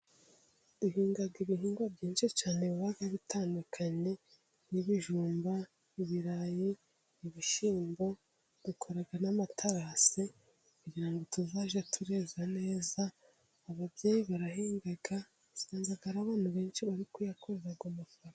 duhinga ibihingwa byinshi cyane biba bitandukanye nk'ibijumba, ibirayi, ibishyimbo dukora n'amaterasi kugira tuzajye tweza neza, ababyeyi barahinga bakonsa abana benshi ariko bakabona amafaranga.